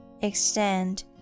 extend